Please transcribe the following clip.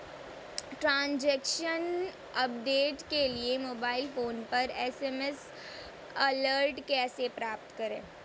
Transaction update के लिए mobile phone पर एस.एम.एस अलर्ट कैसे प्राप्त करें?